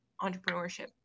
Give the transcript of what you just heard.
entrepreneurship